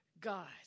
God